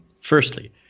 Firstly